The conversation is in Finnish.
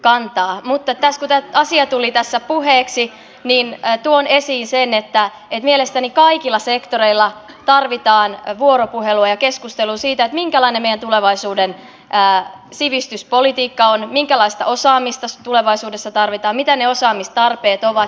mutta kun tämä asia tuli tässä puheeksi niin tuon esiin sen että mielestäni kaikilla sektoreilla tarvitaan vuoropuhelua ja keskustelua siitä minkälainen meidän tulevaisuuden sivistyspolitiikka on minkälaista osaamista tulevaisuudessa tarvitaan mitä ne osaamistarpeet ovat